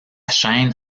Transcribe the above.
chaîne